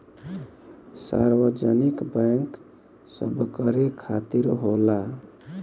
सार्वजनिक बैंक सबकरे खातिर होला